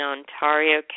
Ontario